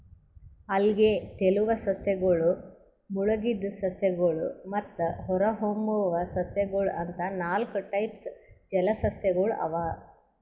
ಅಲ್ಗೆ, ತೆಲುವ್ ಸಸ್ಯಗಳ್, ಮುಳಗಿದ್ ಸಸ್ಯಗಳ್ ಮತ್ತ್ ಹೊರಹೊಮ್ಮುವ್ ಸಸ್ಯಗೊಳ್ ಅಂತಾ ನಾಲ್ಕ್ ಟೈಪ್ಸ್ ಜಲಸಸ್ಯಗೊಳ್ ಅವಾ